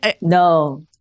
No